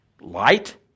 Light